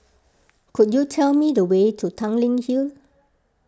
could you tell me the way to Tanglin Hill